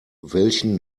welchen